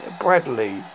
Bradley